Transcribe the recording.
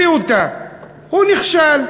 הוא נכשל.